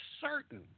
certain